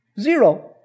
Zero